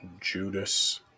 Judas